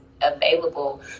available